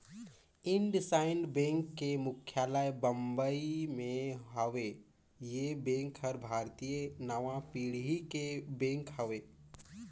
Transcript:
IndusInd bank के मुख्यालय बंबई मे हेवे, ये बेंक हर भारतीय नांवा पीढ़ी के बेंक हवे